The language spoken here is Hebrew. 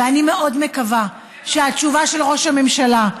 ואני מאוד מקווה שהתשובה של ראש הממשלה,